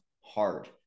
hard